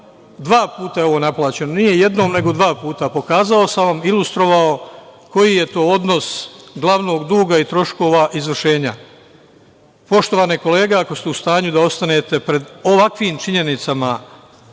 Dva puta je ovo naplaćeno. Nije jednom, nego dva puta. Pokazao sam vam, ilustrovao koji je to odnos glavnog duga i troškova izvršenja. Poštovane kolege, ako ste u stanju da ostanete pred ovakvim činjenicama